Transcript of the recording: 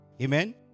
Amen